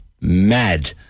mad